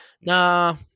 Nah